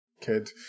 kid